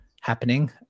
happening